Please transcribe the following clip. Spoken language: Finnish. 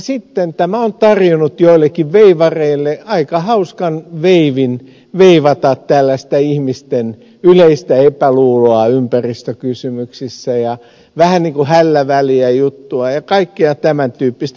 sitten tämä on tarjonnut joillekin veivareille aika hauskan veivin veivata tällaista ihmisten yleistä epäluuloa ympäristökysymyksissä ja vähän niin kuin hällä väliä juttua ja kaikkea tämän tyyppistä